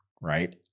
right